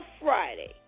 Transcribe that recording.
Friday